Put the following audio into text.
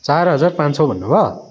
चार हजार पाँच सय भन्नुभयो